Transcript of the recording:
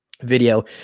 video